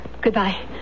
Goodbye